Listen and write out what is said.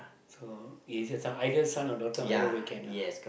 so is either son or daughter either way can lah